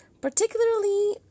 particularly